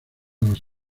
los